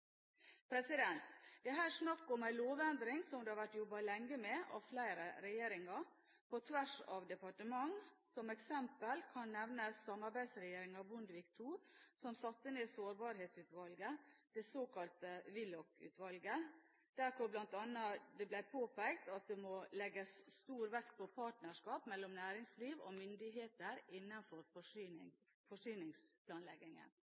Det er her snakk om en lovendring som det har vært jobbet lenge med av flere regjeringer, på tvers av departementer. Som eksempel kan nevnes Samarbeidsregjeringen – Bondevik II – som satte ned Sårbarhetsutvalget, det såkalte Willoch-utvalget, der det bl.a. ble påpekt at det må legges stor vekt på partnerskap mellom næringsliv og